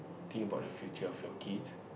think about the future of your kids